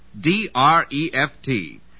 D-R-E-F-T